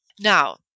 Now